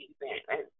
event